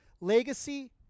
legacy